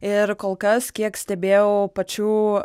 ir kol kas kiek stebėjau pačių